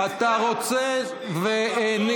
אתה רוצה, אני